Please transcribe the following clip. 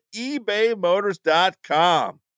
ebaymotors.com